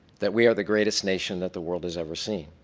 that we are the greatest nation that the world has ever seen.